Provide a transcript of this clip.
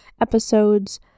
episodes